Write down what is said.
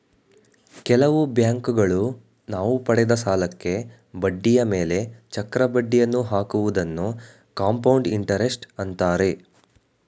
ಕೆಲವು ಬ್ಯಾಂಕುಗಳು ನಾವು ಪಡೆದ ಸಾಲಕ್ಕೆ ಬಡ್ಡಿಯ ಮೇಲೆ ಚಕ್ರ ಬಡ್ಡಿಯನ್ನು ಹಾಕುವುದನ್ನು ಕಂಪೌಂಡ್ ಇಂಟರೆಸ್ಟ್ ಅಂತಾರೆ